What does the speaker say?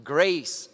Grace